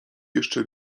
jeszcze